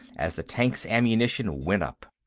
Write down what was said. as the tank's ammunition went up.